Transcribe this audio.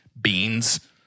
beans